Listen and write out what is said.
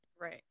Right